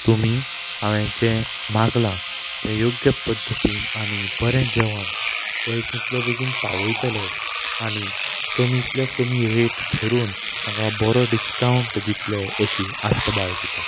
तुमी हांवें जें मागलां तें योग्य पद्दतीन आनी बरें जेवण पळय कितले बेगीन पावयतले आनी कमींतले कमी रेट धरून म्हाका बरो डिस्कावंट दितले अशी आस्त बाळगितां